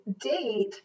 date